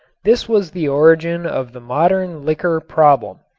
this was the origin of the modern liquor problem.